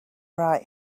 right